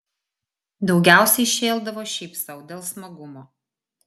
daugiausiai šėldavo šiaip sau dėl smagumo